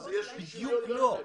בדיוק לא.